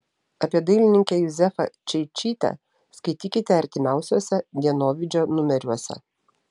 apie dailininkę juzefą čeičytę skaitykite artimiausiuose dienovidžio numeriuose